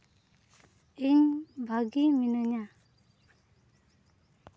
ᱤᱧ ᱵᱷᱟᱹᱜᱤ ᱢᱤᱱᱟᱹᱧᱟ